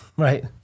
right